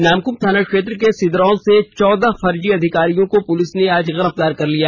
नामकुम थाना क्षेत्र के सिदरौल से चौदह फर्जी अधिकारियों को पुलिस ने आज गिरफ्तार कर लिया